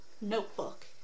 notebook